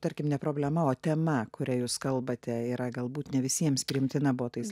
tarkim ne problema o tema kuria jūs kalbate yra galbūt ne visiems priimtina buvo tais